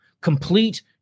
Complete